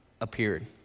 appeared